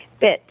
bit